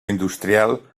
industrial